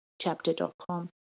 chapter.com